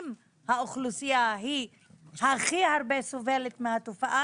אם האוכלוסייה היא הכי הרבה סובלת מהתופעה,